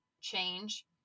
change